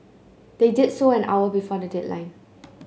they did so an hour before the deadline